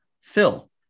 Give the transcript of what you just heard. Phil